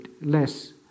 less